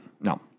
no